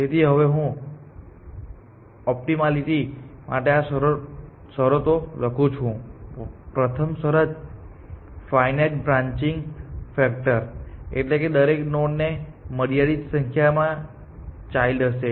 તેથી હવે હું ઓપ્ટીમાલીટી માટે આ શરતો લખું છું પ્રથમ શરત ફાઇનાઇટ બ્રાંચિંગ ફેક્ટર એટલે કે દરેક નોડ ને મર્યાદિત સંખ્યામાં ચાઈલ્ડ હશે